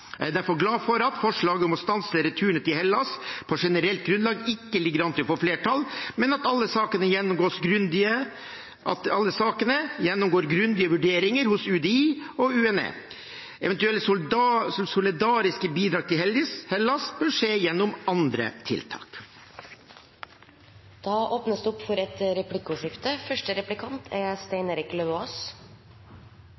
Jeg er derfor glad for at forslaget om å stanse returene til Hellas på generelt grunnlag ikke ligger an til å få flertall, men at alle sakene gjennomgår grundige vurderinger hos UDI og UNE. Eventuelle solidariske bidrag til Hellas bør skje gjennom andre tiltak. Det